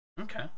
Okay